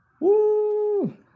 Woo